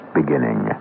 beginning